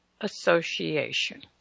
Association